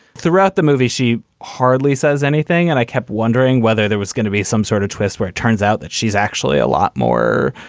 throughout the movie, she hardly says anything. and i kept wondering whether there was gonna be some sort of twist where it turns out that she's actually a lot more,